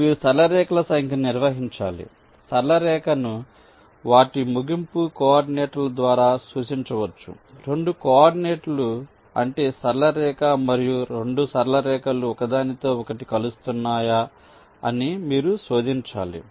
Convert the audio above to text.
మీరు సరళ రేఖల సంఖ్యను నిర్వహించాలి సరళ రేఖను వాటి ముగింపు కోఆర్డినేట్ల ద్వారా సూచించవచ్చు రెండు కోఆర్డినేట్లు అంటే సరళ రేఖ మరియు 2 సరళ రేఖలు ఒకదానితో ఒకటి కలుస్తున్నాయా అని మీరు శోధించాలి